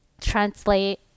translate